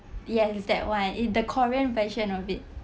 yes it's that [one] it's the korean version of it